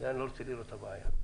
אתה לא רוצה לראות את הבעיה.